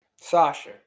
Sasha